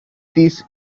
this